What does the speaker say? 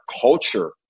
culture